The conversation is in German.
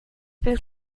will